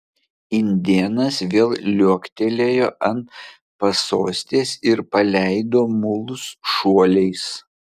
indėnas vėl liuoktelėjo ant pasostės ir paleido mulus šuoliais